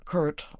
Kurt